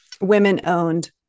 women-owned